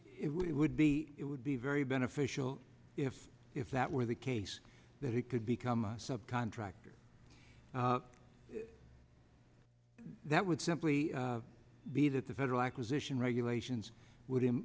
it would be it would be very beneficial if if that were the case that it could become a subcontractor that would simply be that the federal acquisition regulations w